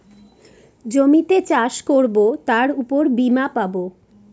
জমিতে চাষ করবো তার উপর বীমা পাবো